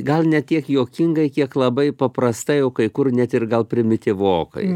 gal ne tiek juokingai kiek labai paprasta jau kai kur net ir gal primityvokai